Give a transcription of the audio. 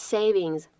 Savings